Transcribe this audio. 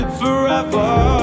forever